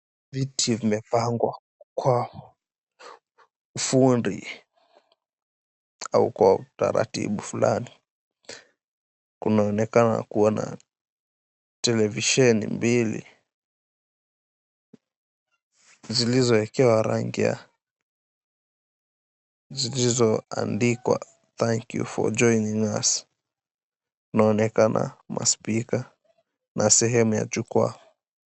Viti vimepangwa kwa ufundi au kwa utaratibu fulani kunaonekana kua na televisheni mbili zilizoekewa rangi ya zilizoandikwa, Thank You for Joining Us kunaonekana maspika na sehemu ya jukwaa.